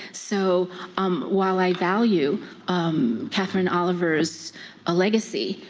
so um while i value katherine oliver's ah legacy,